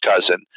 cousin